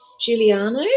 Giuliano